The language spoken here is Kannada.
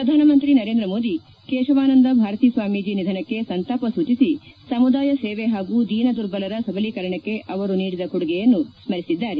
ಪ್ರಧಾನಮಂತ್ರಿ ನರೇಂದ್ರ ಮೋದಿ ಕೇಶಾವನಂದ ಭಾರತೀ ಸ್ಲಾಮೀಜಿ ನಿಧನಕ್ನೆ ಸಂತಾಪ ಸೂಚಿಸಿ ಸಮುದಾಯ ಸೇವೆ ಹಾಗೂ ದೀನ ದುರ್ಬಲರ ಸಬಲೀಕರಣಕ್ಕೆ ಅವರು ನೀಡಿದ ಕೊಡುಗೆಯನ್ನು ಪ್ರಧಾನಿ ಸ್ಮರಿಸಿದ್ದಾರೆ